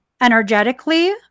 energetically